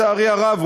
לצערי הרב,